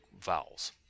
vowels